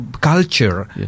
culture